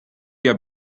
via